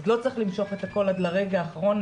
אז לא צריך למשוך את הכל עד לרגע האחרון,